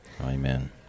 amen